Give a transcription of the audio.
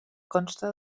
consta